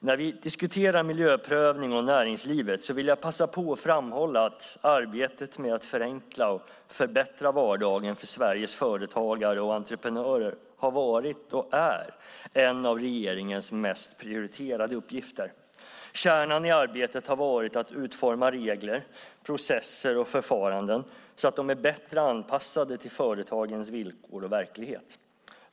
När vi diskuterar miljöprövning och näringslivet vill jag passa på att framhålla att arbetet med att förenkla och förbättra vardagen för Sveriges företagare och entreprenörer har varit, och är, en av regeringens mest prioriterade uppgifter. Kärnan i arbetet har varit att utforma regler, processer och förfaranden så att de är bättre anpassade till företagens villkor och verklighet.